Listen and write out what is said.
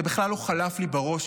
זה בכלל לא חלף לי בראש,